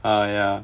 uh ya